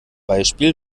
beispiel